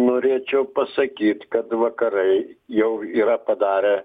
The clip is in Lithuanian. norėčiau pasakyt kad vakarai jau yra padarę